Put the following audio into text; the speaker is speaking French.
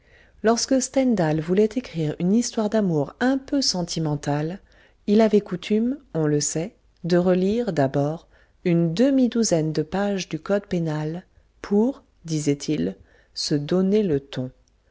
lorsque stendhal voulait écrire une histoire d'amour un peu sentimentale il avait coutume on le sait de relire d'abord une demi-douzaine de pages du code pénal pour disait-il se donner le ton